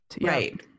right